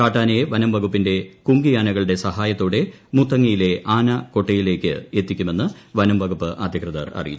കാട്ടാനയെ വനം വകുപ്പിന്റെ കുങ്കിയാനകളുടെ സഹായത്തോടെ മുത്തങ്ങയിലെ ആന കൊട്ടിലിലേക്ക് എത്തിക്കു മെന്ന് വനംവകുപ്പ് അധികൃതർ അറിയിച്ചു